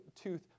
tooth